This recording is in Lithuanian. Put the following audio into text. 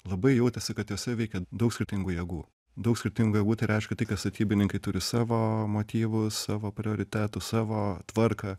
labai jautėsi kad juose veikė daug skirtingų jėgų daug skirtingų jėgų tai reiškia tai kad statybininkai turi savo motyvų savo prioritetų savo tvarką